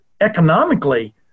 economically